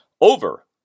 over